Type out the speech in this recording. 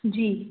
जी